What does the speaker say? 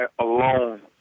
alone